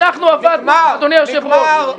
נגמר.